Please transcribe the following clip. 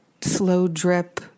slow-drip